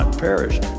perish